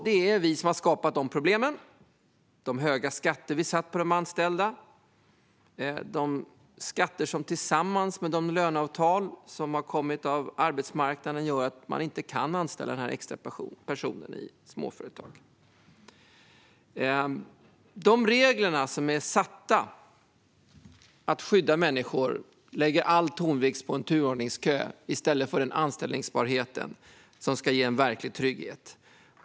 Det är vi som har skapat de problemen: de höga skatterna på de anställda, som tillsammans med löneavtalen på arbetsmarknaden gör att man i småföretag inte kan anställa en extra person. De regler som är avsedda att skydda människor lägger all tonvikt på en turordningskö i stället för på anställbarhet, som kan ge en verklig trygghet.